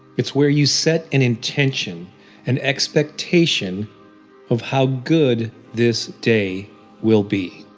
it's where you set an intention an expectation of how good this day will be.